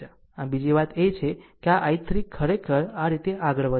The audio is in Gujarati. આમ બીજી વાત એ છે કે આ I3 ખરેખર આ રીતે આગળ વધે છે